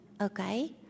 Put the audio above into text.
okay